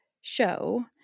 show